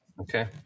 Okay